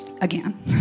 again